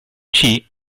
chi